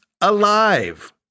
alive